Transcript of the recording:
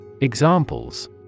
Examples